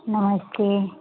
नमस्ते